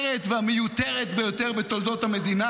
המופקרת והמיותרת ביותר בתולדות המדינה.